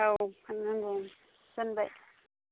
औ फान्नो नांगौ दोनबाय